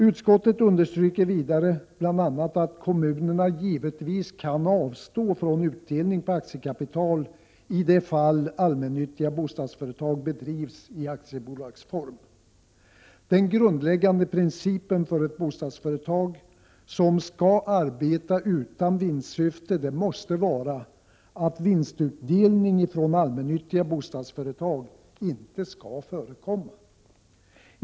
Utskottet understryker vidare bl.a. att kommunerna givetvis kan avstå från utdelning på aktiekapital i de fall allmännyttiga bostadsföretag drivs i 27 aktiebolagsform. Den grundläggande principen för ett bostadsföretag som skall arbeta utan vinstsyfte måste vara att vinstutdelning från allmännyttiga bostadsföretag inte skall förekomma.